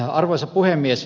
arvoisa puhemies